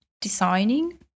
designing